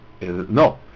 No